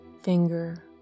finger